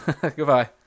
Goodbye